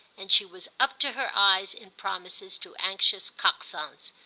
and she was up to her eyes in promises to anxious coxons.